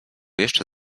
jeszcze